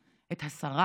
את השרה